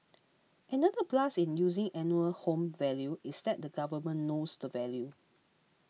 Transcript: another plus in using annual home value is that the Government knows the value